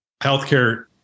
healthcare